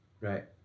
Right